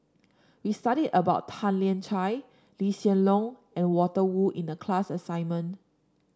we studied about Tan Lian Chye Lee Hsien Loong and Walter Woon in the class assignment